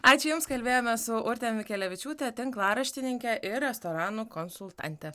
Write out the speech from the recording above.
ačiū jums kalbėjome su urte mikelevičiūte tinklaraštininke ir restoranų konsultante